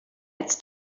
it’s